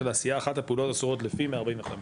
העשייה אחת הפעולות האסורות לפי 145